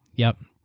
yup.